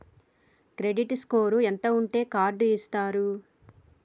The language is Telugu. క్రెడిట్ స్కోర్ ఎంత ఉంటే కార్డ్ ఇస్తారు?